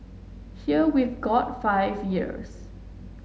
here we've got five years